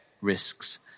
risks